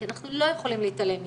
כי אנחנו לא יכולים להתעלם מזה,